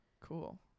Cool